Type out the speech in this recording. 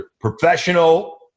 professional